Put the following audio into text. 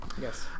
Yes